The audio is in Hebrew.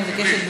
אני מבקשת,